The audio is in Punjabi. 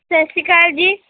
ਸਤਿ ਸ਼੍ਰੀ ਅਕਾਲ ਜੀ